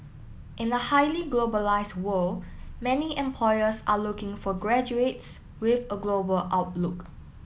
in a highly globalised world many employers are looking for graduates with a global outlook